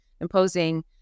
imposing